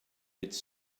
its